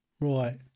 Right